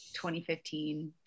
2015